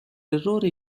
errore